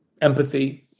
empathy